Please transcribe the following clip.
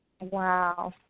Wow